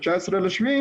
ב-19.7,